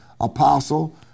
apostle